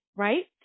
Right